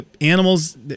animals